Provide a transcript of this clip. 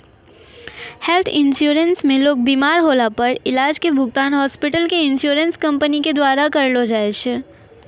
health insurance मे लोग बिमार होला पर इलाज के भुगतान हॉस्पिटल क इन्शुरन्स कम्पनी के द्वारा करलौ जाय छै